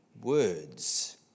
words